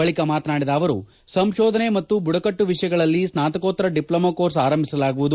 ಬಳಿಕ ಮಾತಾಡಿದ ಅವರು ಸಂಶೋಧನೆ ಮತ್ತು ಬುಡಕಟ್ಟು ವಿಷಯಗಳಲ್ಲಿ ಸ್ನಾತಕೋತ್ತರ ಡಿಪ್ಲೊಮಾ ಕೋರ್ಸ್ ಆರಂಭಿಸಲಾಗುವುದು